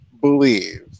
believe